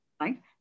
right